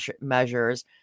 measures